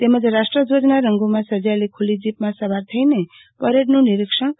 તેમજ રાષ્ટ્રધ્વજના રંગોમાં સજાવેલી ખુલ્લી જીપમાં સવાર થઈને પરેડનું નિરીક્ષણ કર્યું હતું